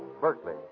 Berkeley